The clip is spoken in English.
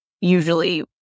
usually